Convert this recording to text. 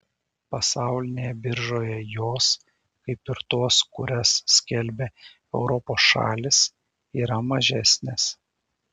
pasaulinėje biržoje jos kaip ir tos kurias skelbia europos šalys yra mažesnės